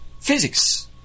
physics